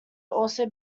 also